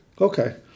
Okay